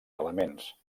elements